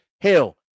Hell